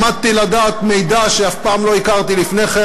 למדתי מידע שאף פעם לא הכרתי לפני כן,